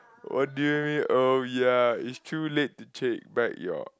what do you mean oh ya is too late to check back your